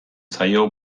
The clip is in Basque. zaio